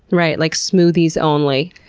right? like smoothies only.